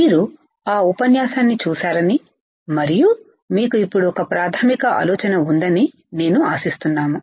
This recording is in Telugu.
మీరు ఆ ఉపన్యాసాన్ని చూశారని మరియు మీకు ఇప్పుడు ఒక ప్రాథమిక ఆలోచన ఉందని నేను ఆశిస్తున్నాము